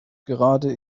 gerade